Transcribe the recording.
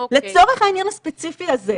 לצורך העניין הספציפי הזה,